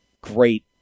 great